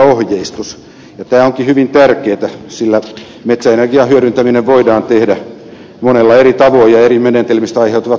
tämä onkin hyvin tärkeätä sillä metsäenergian hyödyntäminen voidaan tehdä monin eri tavoin ja eri menetelmistä aiheutuvat haitat ovat erilaisia